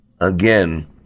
Again